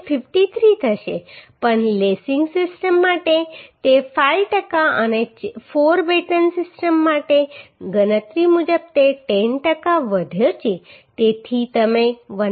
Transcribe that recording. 53 થશે પણ lacing system માટે તે 5 ટકા અને 4 બેટન સિસ્ટમ માટે ગણતરી મુજબ તે 10 ટકા વધ્યો છે તેથી તમે 1